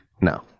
No